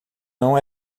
não